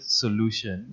solution